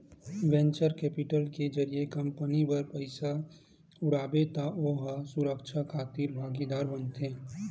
venture capital के जरिए company बर पइसा उठाबे त ओ ह सुरक्छा खातिर भागीदार बनथे